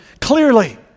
clearly